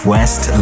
West